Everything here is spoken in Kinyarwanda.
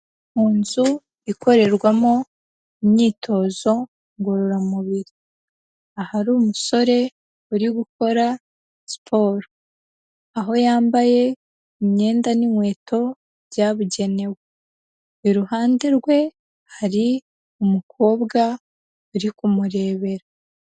Mu nzu ikorerwamo imyitozo ngororamubiri. Ahari umusore uri gukora siporo. Aho yambaye imyenda n'inkweto byabugenewe. Iruhande rwe hari umukobwa uri kumurebera.